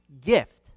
gift